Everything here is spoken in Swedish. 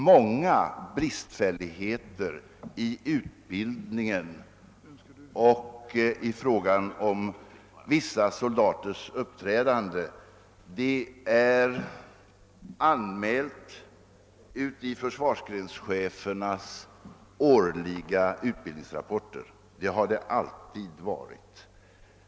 Många bristfälligheter i utbildningen och i fråga om vissa soldaters uppträdande har anmälts i försvarsgrenschefernas årliga utbildningsrapporter. Så har det alltid varit.